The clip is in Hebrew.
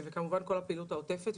כמובן עם כל הפעילות העוטפת.